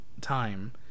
time